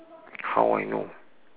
how I know